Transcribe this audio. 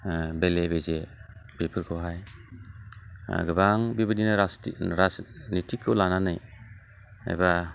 बेले बेजे बेफोरखौहाय गोबां बेबादिनो राजनिथिख खौ लानानै एबा